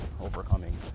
overcoming